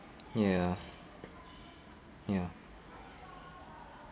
ya ya